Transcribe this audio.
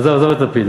עזוב את לפיד.